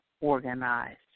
organized